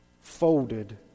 folded